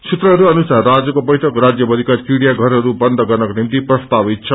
सूत्रहय अनुसार आजको बैइक राज्य भरिका चिडियाघरहरू बन्द गर्नको निम्ति प्रस्तावित छ